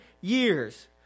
years